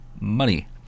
money